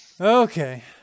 Okay